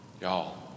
Y'all